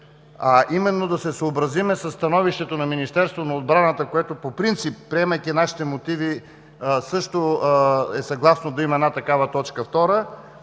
а именно да се съобразим със становището на Министерството на отбраната, което по принцип, приемайки нашите мотиви, също е съгласно да има една такава точка втора,